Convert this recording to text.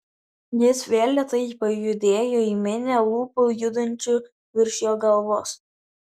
jis vėl lėtai pajudėjo į minią lūpų judančių virš jo galvos